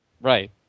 Right